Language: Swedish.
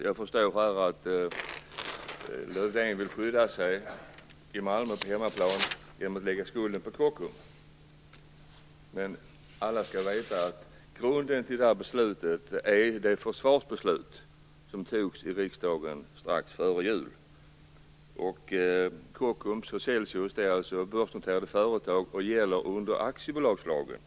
Jag förstår att Lövdén vill skydda sig på hemmaplan genom att lägga skulden på Kockums, men alla skall veta att grunden till det här beslutet är det försvarsbeslut som fattades i riksdagen strax före jul. Kockums och Celsius är alltså börsnoterade företag och lyder under aktiebolagslagen.